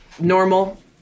normal